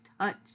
touch